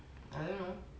I don't know